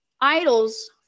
idols